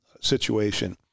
situation